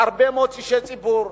הרבה מאוד אישי ציבור,